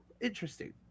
interesting